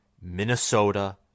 Minnesota